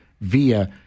via